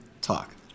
talk